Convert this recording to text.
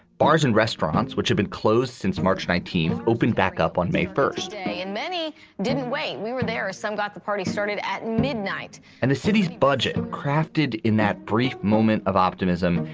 bars and restaurants, which have been closed since march nineteenth, opened back up on may first day. and many didn't wait. we were there. some got the party started at midnight. and the city's budget and crafted in that brief moment of optimism,